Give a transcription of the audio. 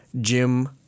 Jim